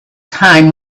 time